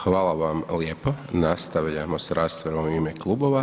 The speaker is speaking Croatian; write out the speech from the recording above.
Hvala vam lijepo, nastavljamo s raspravom u ime klubova.